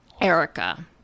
Erica